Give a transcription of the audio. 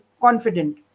confident